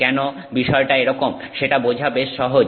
কেন বিষয়টা এরকম সেটা বোঝা বেশ সহজ